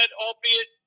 albeit